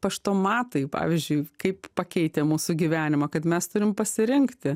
paštomatai pavyzdžiui kaip pakeitė mūsų gyvenimą kad mes turim pasirinkti